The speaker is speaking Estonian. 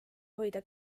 hoida